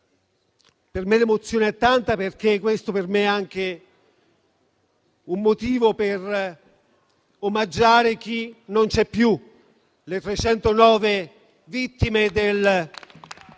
Per me l'emozione è tanta, perché questo per me è anche un motivo per omaggiare chi non c'è più: le 309 vittime del